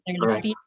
Right